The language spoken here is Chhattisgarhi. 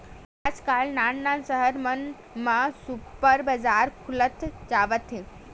आजकाल नान नान सहर मन म सुपर बजार खुलत जावत हे